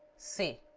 c